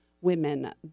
women